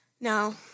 No